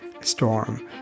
storm